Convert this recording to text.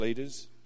leaders